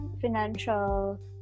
financial